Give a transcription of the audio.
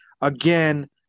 again